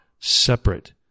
separate